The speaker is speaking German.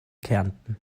kärnten